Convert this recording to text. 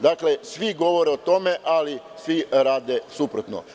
Dakle, svi govore o tome, ali svi rade suprotno.